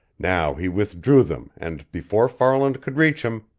now he withdrew them and, before farland could reach him,